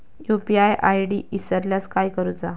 UPI ID इसरल्यास काय करुचा?